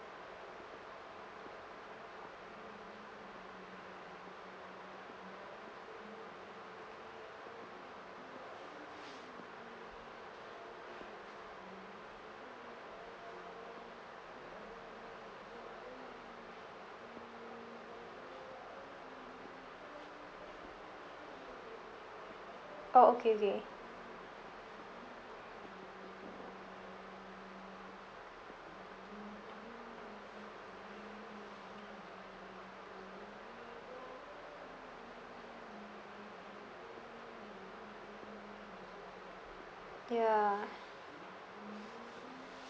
oh okay okay ya